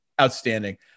outstanding